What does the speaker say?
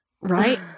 Right